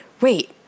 Wait